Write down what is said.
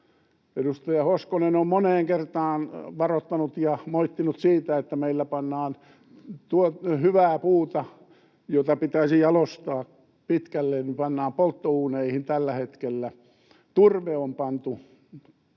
Edustaja Hoskonen on moneen kertaan varoittanut ja moittinut siitä, että meillä pannaan hyvää puuta, jota pitäisi jalostaa pitkälle, polttouuneihin tällä hetkellä. Turve on pantu